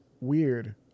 weird